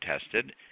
tested